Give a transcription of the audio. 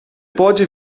pode